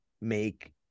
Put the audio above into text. make